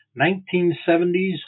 1970s